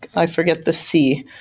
i forget the c.